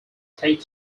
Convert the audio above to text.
state